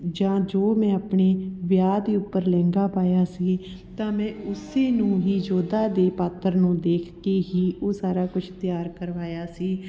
ਜਾਂ ਜੋ ਮੈਂ ਆਪਣੇ ਵਿਆਹ ਦੇ ਉੱਪਰ ਲਹਿੰਗਾ ਪਾਇਆ ਸੀ ਤਾਂ ਮੈਂ ਉਸੇ ਨੂੰ ਹੀ ਜੋਧਾ ਦੇ ਪਾਤਰ ਨੂੰ ਦੇਖ ਕੇ ਹੀ ਉਹ ਸਾਰਾ ਕੁਛ ਤਿਆਰ ਕਰਵਾਇਆ ਸੀ